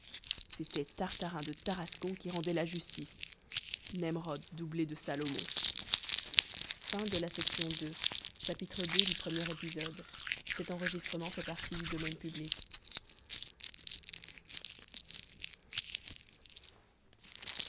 c'était tartarin de tarascon qui rendait la justice nemrod doublé de salomon iii